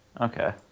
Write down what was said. Okay